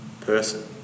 person